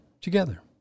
together